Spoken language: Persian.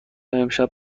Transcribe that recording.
امشب